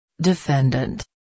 Defendant